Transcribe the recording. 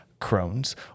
Crohn's